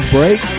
break